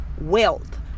wealth